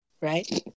right